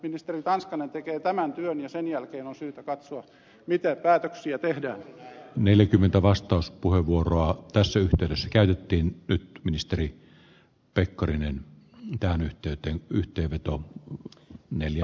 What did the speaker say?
ministeri tanskanen tekee tämän työn ja sen jälkeen on syytä katsoa mitä päätöksiä tehdään neljäkymmentä vastauspuheenvuoroa pysy perässä käytettiin ministeri pekkarinen miltään yhteyteen yhteenveto neljä